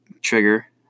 trigger